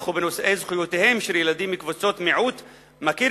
ובנושא זכויותיהם של ילדים מקבוצות מיעוט מכיר